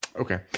okay